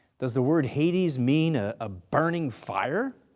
does the word hades mean a ah burning fire?